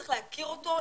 צריך להכיר אותו,